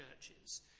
churches